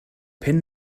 pin